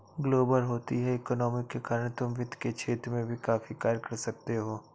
global होती economy के कारण तुम वित्त के क्षेत्र में भी काफी कार्य कर सकते हो